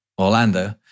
Orlando